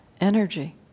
energy